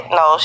no